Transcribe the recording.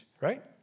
right